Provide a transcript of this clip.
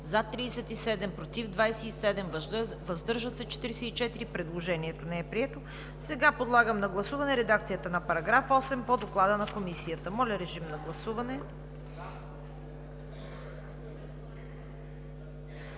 за 37, против 27, въздържали се 44. Предложението не е прието. Сега подлагам на гласуване редакцията на § 8 по Доклада на Комисията. Гласували